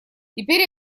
теперь